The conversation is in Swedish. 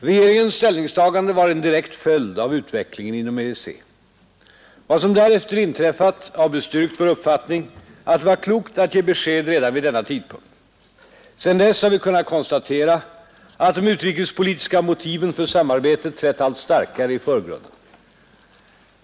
Regeringens ställningstagande var en direkt följd av utvecklingen inom EEC. Vad som därefter inträffat har bestyrkt vår uppfattning att det var klokt att ge besked redan vid denna tidpunkt. Sedan dess har vi kunnat konstatera att de utrikespolitiska motiven för samarbetet trätt allt starkare i förgrunden.